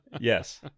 Yes